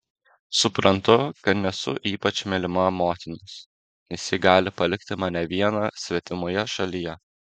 suprantu kad nesu ypač mylima motinos nes ji gali palikti mane vieną svetimoje šalyje